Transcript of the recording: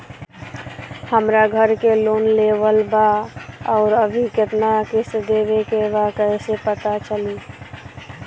हमरा घर के लोन लेवल बा आउर अभी केतना किश्त देवे के बा कैसे पता चली?